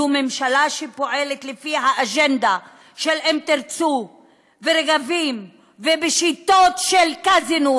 זו ממשלה שפועלת לפי האג'נדה של אם תרצו ורגבים ובשיטות של קזינו,